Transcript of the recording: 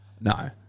No